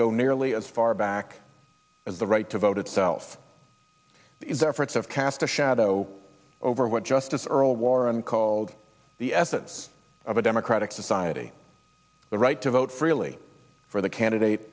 go nearly as far back as the right to vote itself their efforts have cast a shadow over what justice earl warren called the essence of a democratic society the right to vote freely for the candidate